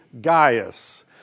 Gaius